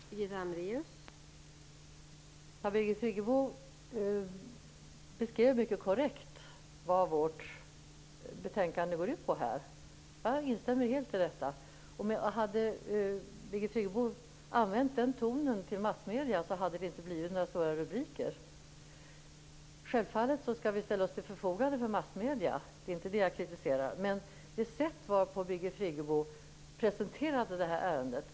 Fru talman! Birgit Friggebo beskrev här mycket korrekt vad vårt betänkande går ut på. Jag instämmer helt i detta. Hade Birgit Friggebo använt den tonen till massmedierna hade det inte blivit några stora rubriker. Självfallet skall vi ställa oss till förfogande för massmedierna. Det är inte det jag kritiserar, utan det sätt varpå Birgit Friggebo presenterade det här ärendet.